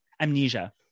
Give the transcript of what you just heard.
Amnesia